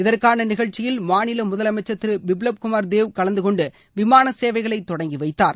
இதற்கான நிகழ்ச்சியில் மாநில முதலமைச்சர் திரு பிப்லப் குமார் தேவ் கலந்துகொண்டு விமான சேவைகளை தொடங்கி வைத்தார்